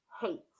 hate